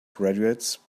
graduates